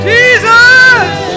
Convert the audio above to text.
Jesus